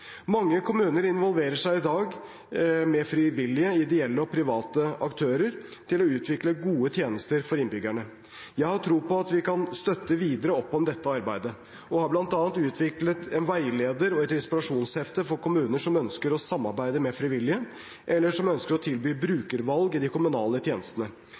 Mange kommuner involverer i dag frivillige, ideelle og private aktører til å utvikle gode tjenester for innbyggerne. Jeg har tro på at vi kan støtte videre opp om dette arbeidet, og har bl.a. utviklet veiledere og inspirasjonshefter for kommuner som ønsker å samarbeide med frivillige, eller som ønsker å tilby brukervalg i de kommunale tjenestene.